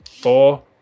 four